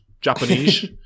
Japanese